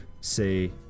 say